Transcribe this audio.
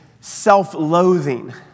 self-loathing